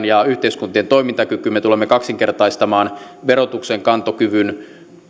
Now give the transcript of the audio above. ja yhteiskuntien toimintakykyyn me tulemme kaksinkertaistamaan verotuksen kantokyvyn